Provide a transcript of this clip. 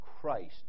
Christ